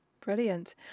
brilliant